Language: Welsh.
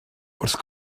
wrth